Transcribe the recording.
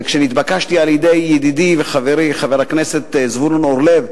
כשנתבקשתי על-ידי ידידי וחברי חבר הכנסת זבולון אורלב,